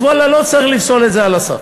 אז ואללה, לא צריך לפסול את זה על הסף.